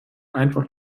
einfach